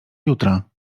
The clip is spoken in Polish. jutra